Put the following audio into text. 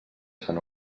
sant